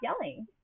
yelling